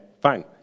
fine